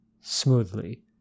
Smoothly